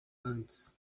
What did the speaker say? antes